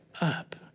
up